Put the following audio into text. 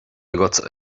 agatsa